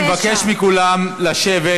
אני מבקש מכולם לשבת.